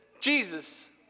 Jesus